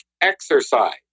exercise